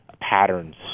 patterns